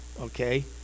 okay